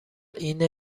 اینه